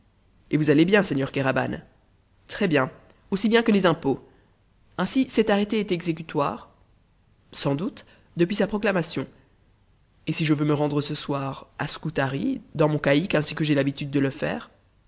et vous allez bien seigneur kéraban très bien aussi bien que les impôts ainsi cet arrêté est exécutoire sans doute depuis sa proclamation et si je veux me rendre ce soir à scutari dans mon caïque ainsi que j'ai l'habitude de le faire